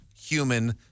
human